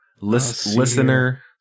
Listener